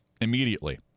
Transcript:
immediately